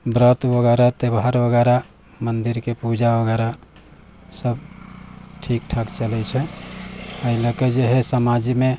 व्रत वगैरह त्यौहार वगैरह मन्दिर के पूजा वगैरह सब ठीक ठाक चलै छै एहि लैके जे है समाज मे